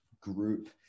group